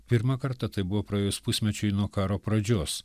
pirmą kartą tai buvo praėjus pusmečiui nuo karo pradžios